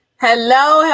Hello